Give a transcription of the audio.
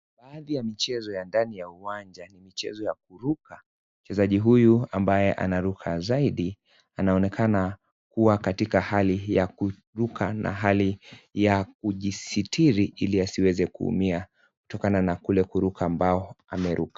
Baadhi ya michezo ndani ya uwanja ni michezo ya kuruka mchezaji huyu ambaye ana ruka zaidi anaonekana kuwa katika hali ya kuruka na hali ya kujisitiri ili asiweze kuumia kutokana na kule kuruka mbao ameruka.